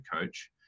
coach